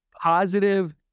positive